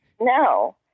No